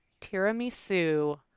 tiramisu